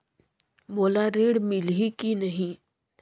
मोला ऋण मिलही की नहीं?